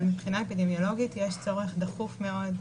אבל מבחינה אפידמיולוגית יש צורך דחוף מאוד.